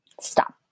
Stop